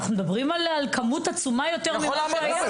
אנחנו מדברים על-כך שהיתה כמות עצומה הרבה מהמותר.